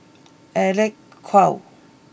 Alec Kuok